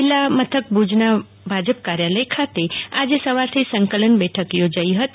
જીલ્લા મથક ભુજના ભાજપ કાર્યાલય ખાતે આજે સવારથી સંકલન બેઠક યોજાઈ હતી